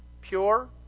Pure